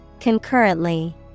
Concurrently